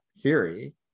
theory